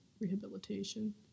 rehabilitation